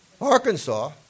Arkansas